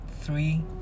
three